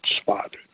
spot